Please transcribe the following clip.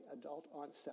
adult-onset